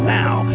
now